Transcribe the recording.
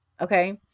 Okay